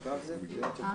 שלום.